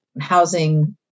housing